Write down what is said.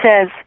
says